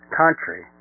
country